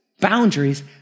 boundaries